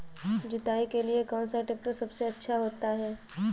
जुताई के लिए कौन सा ट्रैक्टर सबसे अच्छा होता है?